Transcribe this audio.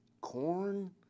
corn